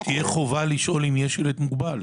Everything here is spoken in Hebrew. שתהיה חובה לשאול אם יש ילד מוגבל.